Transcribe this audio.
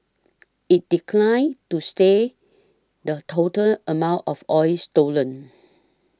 it declined to say the total amount of oil stolen